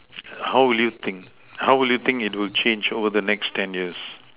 how will you think how will you think it will change over the next ten years